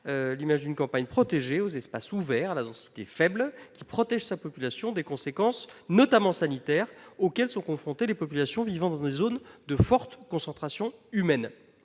celle d'une campagne aux espaces ouverts et à la densité faible qui protège sa population des conséquences, notamment sanitaires, auxquelles sont confrontées les populations vivant dans les zones de fortes concentrations humaines.